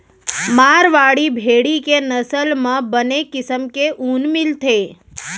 मारवाड़ी भेड़ी के नसल म बने किसम के ऊन मिलथे